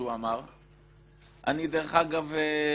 אמנות שישראל חתומה עליהן או חוק ישראלי,